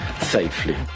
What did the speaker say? safely